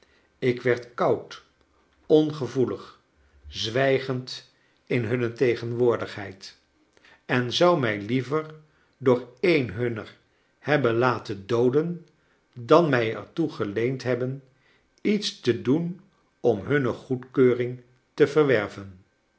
ik werd koud ongevoelig zwijgend in hunne klbine dorrit tegenwoordigheid en zou mij liever door een hunner hebben laten dooden dan mij er toe geleend hebben iets te doen om hunne goedkeuring te verwerven